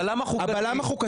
הבלם החוקתי,